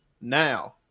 now